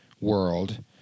world